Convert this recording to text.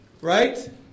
right